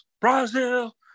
Brazil